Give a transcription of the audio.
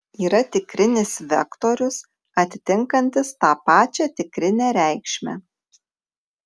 yra tikrinis vektorius atitinkantis tą pačią tikrinę reikšmę